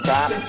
Top